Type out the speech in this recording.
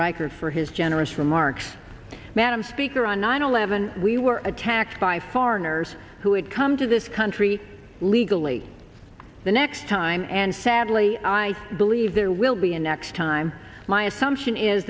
reichard for his generous remarks madam speaker on nine eleven we were attacked by foreigners who had come to this country legally the next time and sadly i believe there will be a next time my assumption is